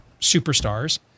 superstars